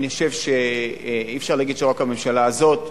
אני חושב שאי-אפשר להגיד שרק הממשלה הזאת.